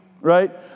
right